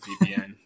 VPN